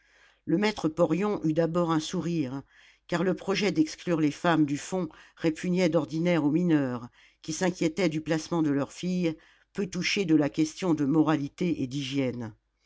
le maître porion eut d'abord un sourire car le projet d'exclure les femmes du fond répugnait d'ordinaire aux mineurs qui s'inquiétaient du placement de leurs filles peu touchés de la question de moralité et d'hygiène